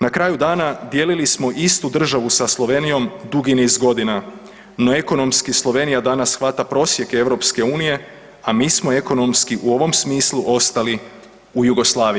Na kraju dana dijelili smo istu državu sa Slovenijom dugi niz godina, no ekonomski Slovenija danas hvata prosjek EU, a mi smo ekonomski u ovom smislu ostali u Jugoslaviji.